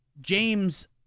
James